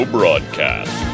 Broadcast